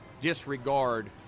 disregard